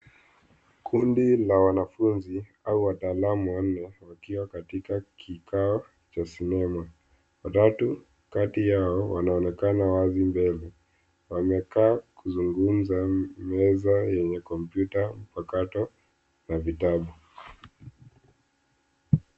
Kundi la wanafunzi au wataalamu wanne wakiwa katika kikao cha sinema. Watatu kati yao wanaonekana wazi mbele. Wamekaa kuzungumza meza yenye kompyuta mpakato na vitabu.